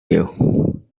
you